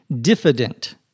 diffident